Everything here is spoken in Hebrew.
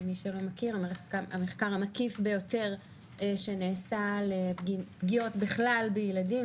המחקר המקיף ביותר שנעשה על פגיעות בכלל בילדים,